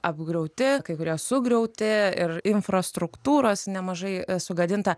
apgriauti kai kurie sugriauti ir infrastruktūros nemažai sugadinta